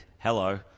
hello